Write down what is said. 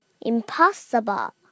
Impossible